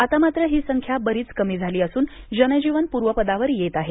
आता मात्र ही संख्या बरीच कमी झाली असून जनजीवन पूर्वपदावर येत आहे